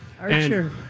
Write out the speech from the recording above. Archer